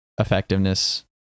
effectiveness